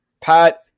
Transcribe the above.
Pat